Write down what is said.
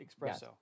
espresso